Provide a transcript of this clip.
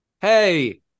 hey